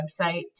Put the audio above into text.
website